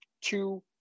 two